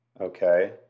Okay